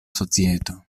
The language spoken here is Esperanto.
societo